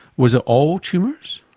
was it all tumours?